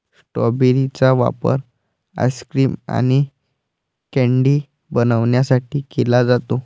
strawberry चा वापर ice cream आणि कँडी बनवण्यासाठी केला जातो